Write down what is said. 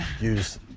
Use